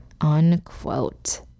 unquote